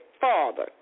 Father